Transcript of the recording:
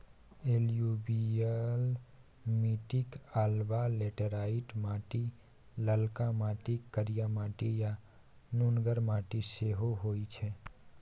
एलुयुबियल मीटिक अलाबा लेटेराइट माटि, ललका माटि, करिया माटि आ नुनगर माटि सेहो होइ छै